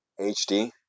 HD